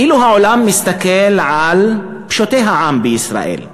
אילו העולם היה מסתכל על פשוטי העם בישראל,